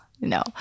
no